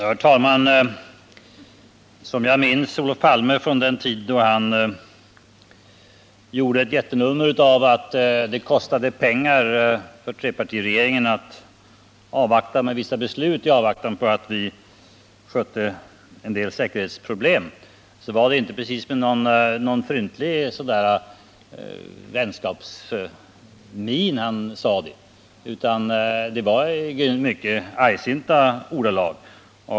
Herr talman! Som jag minns Olof Palme från den tid då han gjorde ett jättenummer av att det kostade pengar för trepartiregeringen att vänta med vissa beslut i avvaktan på att vi hade utrett säkerhetsproblemen, så var det inte precis med någon fryntlig vänskapsmin han gjorde det, utan det var i mycket argsinta ordalag.